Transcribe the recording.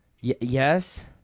Yes